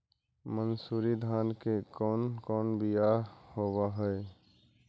मनसूरी धान के कौन कौन बियाह होव हैं?